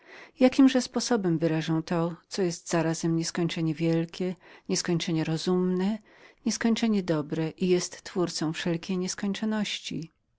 jakimże sposobem wyrażę to co jest zarazem nieskończenie wielkiem nieskończenie mądrem nieskończenie dobrem i twórcą wszelkich nieskończoności